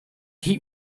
heat